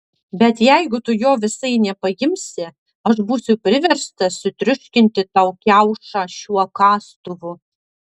bet jeigu tu jo visai nepaimsi aš būsiu priverstas sutriuškinti tau kiaušą šiuo kastuvu